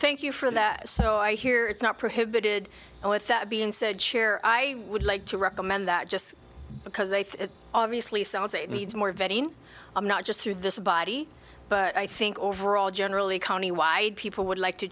thank you for that so i hear it's not prohibited and with that being said chair i would like to recommend that just because a few obviously sounds it needs more vetting i'm not just through this body but i think overall generally countywide people would like to